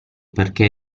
perché